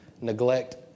neglect